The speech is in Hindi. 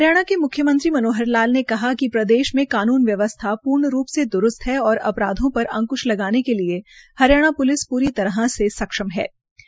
हरियाणा के म्ख्यमंत्री मनोहर लाल ने कहा है कि प्रदेश मे कानून व्यवस्था पूर्ण रूप से द्रूसत है और अपराधों पर अक्ंश लगाने के लिये हरियाणा सरकार पूरी तरह सक्षमहै